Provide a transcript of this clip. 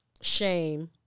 shame